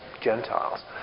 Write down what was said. Gentiles